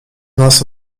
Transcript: nas